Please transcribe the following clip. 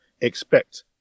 expect